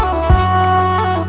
oh